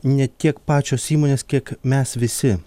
ne tiek pačios įmonės kiek mes visi